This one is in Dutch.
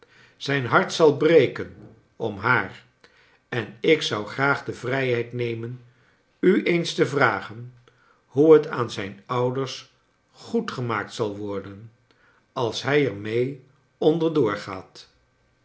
zijn hart zal breken om haar en ik zou graag de vrijheid nemen u eens te vragen hoe bet ami zijn ouders goedgemaakt zal worden als hij er mee onder